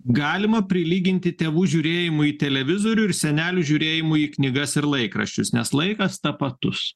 galima prilyginti tėvų žiūrėjimui į televizorių ir senelių žiūrėjimui į knygas ir laikraščius nes laikas tapatus